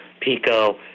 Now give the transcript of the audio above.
PICO